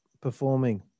performing